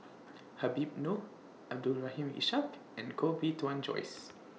Habib Noh Abdul Rahim Ishak and Koh Bee Tuan Joyce